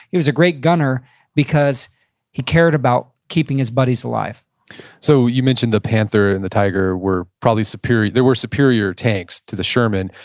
he was a great gunner because he cared about keeping his buddies alive so you mentioned the panther and the tiger were probably superior. they were superior tanks to the sherman.